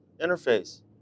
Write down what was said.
interface